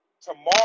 tomorrow